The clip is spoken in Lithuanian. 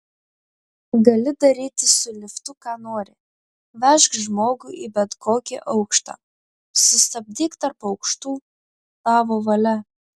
gali daryti su liftu ką nori vežk žmogų į bet kokį aukštą sustabdyk tarp aukštų tavo valia